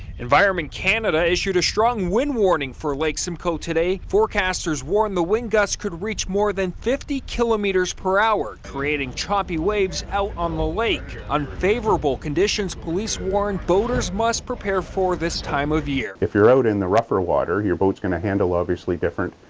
environment canada issued a strong wind warning for lake simcoe today. forecasters warn the wind gusts could reach more than fifty kilometres per hour, creating choppy waves out on the lake. unfavorable conditions police warn boaters must prepare for this time of year. if you're out in the rougher water, you're boat's gonna handle, obviously different.